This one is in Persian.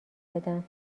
بدم